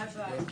ביי, ביי.